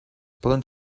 poden